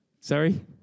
Sorry